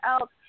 else